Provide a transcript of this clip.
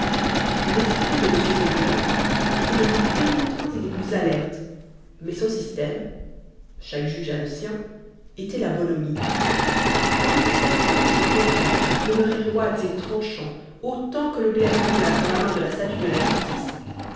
l'esprit de m segmuller était des plus pénétrants et des plus alertes mais son système chaque juge a le sien était la bonhomie pendant que certains de ses confrères demeuraient roides et tranchants autant que le glaive qu'on place dans la main de la statue de la justice